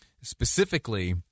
specifically